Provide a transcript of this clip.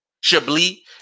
Chablis